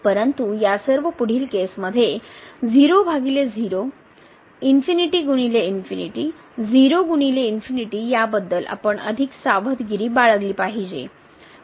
परंतु या सर्व पुढील केस मध्ये याबद्दल आपण अधिक सावधगिरी बाळगली पाहिजे